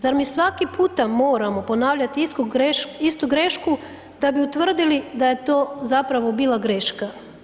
Zar mi svaki puta moramo ponavljati istu grešku da bi utvrdili da je to zapravo bila greška?